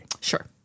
Sure